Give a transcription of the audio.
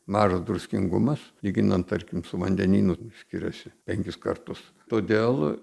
mažas druskingumas lyginant tarkim su vandenynu skiriasi penkis kartus todėl